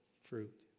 fruit